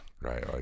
Right